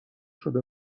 شده